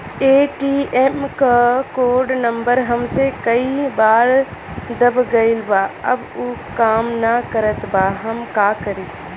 ATM क code number हमसे कई बार दब गईल बा अब उ काम ना करत बा हम का करी?